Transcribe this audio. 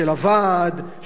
של הוועד,